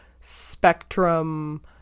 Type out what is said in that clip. spectrum